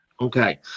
Okay